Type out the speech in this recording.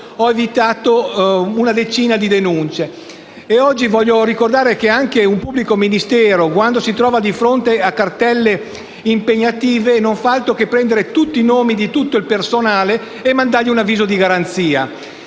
ho evitato una decina di denunce. Oggi voglio ricordare che un pubblico ministero, quando si trova di fronte a cartelle impegnative, non fa altro che prendere i nomi di tutto il personale e inviare loro un avviso di garanzia.